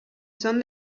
son